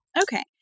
Okay